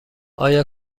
آیا